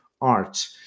art